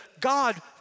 God